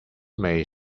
may